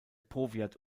powiat